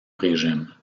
régime